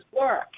work